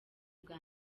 ubwa